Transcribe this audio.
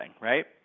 right